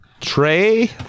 tray